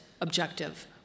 objective